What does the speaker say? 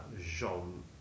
Jean